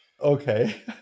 Okay